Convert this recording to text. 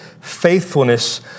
faithfulness